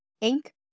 ink